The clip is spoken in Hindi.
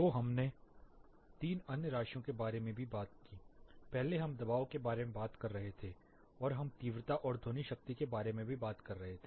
तो हमने तीन अन्य राशियों के बारे में भी बात की पहले हम दबाव के बारे में बात कर रहे थे और हम तीव्रता और ध्वनि शक्ति के बारे में भी बात कर रहे थे